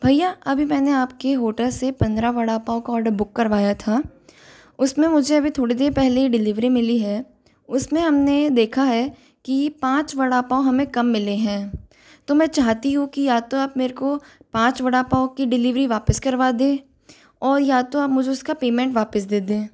भैया अभी मैंने आपके होटल से पंद्रह वड़ा पाव का ऑर्डर बुक करवाया था उसमें मुझे अभी थोड़ी देर पहले ही डीलीवरी मिली है उसमें हमने देखा है कि पाँच वड़ा पाव हमें कम मिले है तो मैं चाहती हूँ कि या तो आप मेरे को पाँच वड़ा पाव की डीलीवरी वापस करवा दें और या तो आप मुझे उसका पेमेंट वापस दे दें